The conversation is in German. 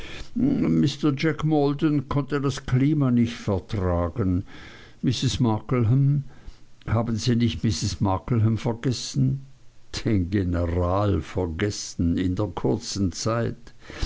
mr jack maldon konnte das klima nicht vertragen mrs markleham haben sie nicht mrs markleham vergessen den general vergessen in der kurzen zeit